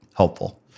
helpful